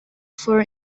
for